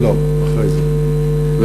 לא, אחרי זה, של אייזנברג.